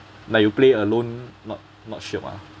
like you play alone not not syiok ah